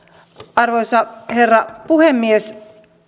arvoisa herra puhemies